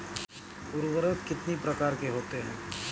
उर्वरक कितनी प्रकार के होते हैं?